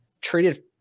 treated